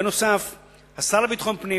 נוסף על כך, השר לביטחון פנים